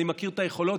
אני מכיר את היכולות,